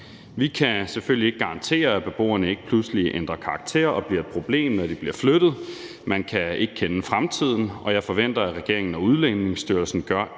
Vi kan selvfølgelig ikke garantere, at beboerne ikke pludselig ændrer karakter og bliver et problem, når de bliver flyttet, for man kan ikke kende fremtiden, og jeg forventer, at regeringen og Udlændingestyrelsen gør